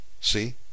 See